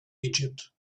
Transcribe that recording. egypt